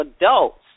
adults